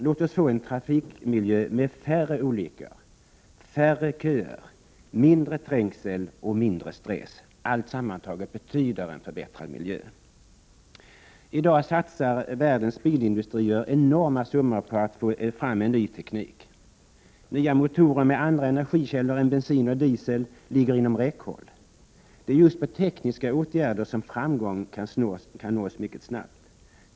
Låt oss få en trafikmiljö med färre olyckor, färre köer, mindre trängsel och mindre stress — allt sammantaget betyder förbättrad miljö. I dag satsar världens bilindustrier enorma summor på att få fram ny teknik — nya motorer med andra energikällor än bensin och diesel ligger inom räckhåll. Det är just med tekniska åtgärder som framgång snabbast nås.